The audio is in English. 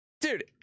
dude